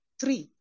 three